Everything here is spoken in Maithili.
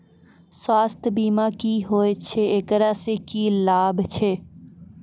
स्वास्थ्य बीमा की होय छै, एकरा से की लाभ छै?